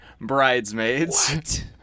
bridesmaids